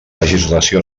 legislació